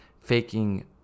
Faking